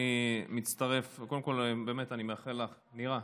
אני מצטרף, וקודם כול אני מאחל לך, נירה,